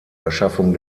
erschaffung